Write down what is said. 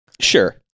sure